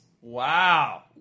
Wow